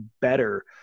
better